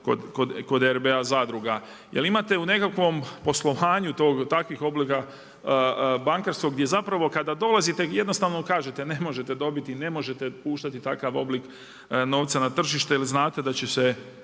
kod RBA zadruga. Jer imate u nekakvom poslovanju takvih obila bankarskog, gdje zapravo kada dolazite jednostavno kažete ne može dobiti, ne možete puštati takav oblik novca na tržište jer znate da će se